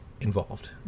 involved